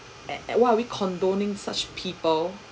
and and why are we condoning such people